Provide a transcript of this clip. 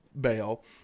bail